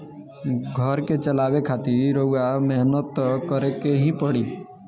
घर के चलावे खातिर रउआ मेहनत त करें के ही पड़ी